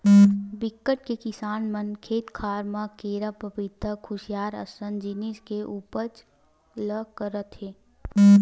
बिकट के किसान मन खेत खार म केरा, पपिता, खुसियार असन जिनिस के उपज ल करत हे